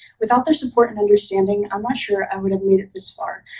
without their support and understanding, i'm not sure i would've made it this far.